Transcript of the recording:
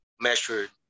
measured